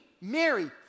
Mary